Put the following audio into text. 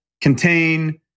contain